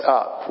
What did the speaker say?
up